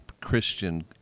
christian